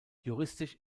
juristisch